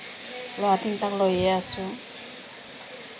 ল'ৰা তিনিটাক লৈয়ে আছোঁ